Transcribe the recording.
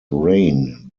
reign